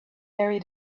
very